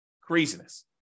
Craziness